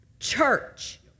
Church